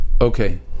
Okay